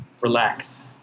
relax